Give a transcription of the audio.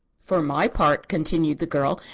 for my part, continued the girl,